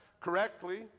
correctly